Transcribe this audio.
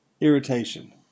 irritation